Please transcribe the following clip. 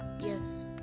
yes